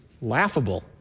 laughable